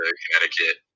connecticut